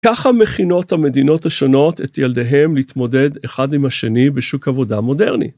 ככה מכינות המדינות השונות את ילדיהם להתמודד אחד עם השני בשוק עבודה מודרני.